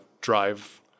drive